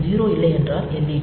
அது 0 இல்லையென்றால் எல்